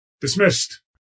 Dismissed